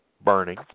burning